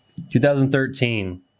2013